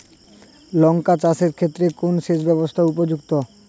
লঙ্কা চাষের ক্ষেত্রে কোন সেচব্যবস্থা উপযুক্ত?